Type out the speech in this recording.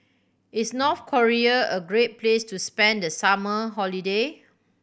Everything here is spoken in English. is North Korea a great place to spend the summer holiday